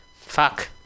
Fuck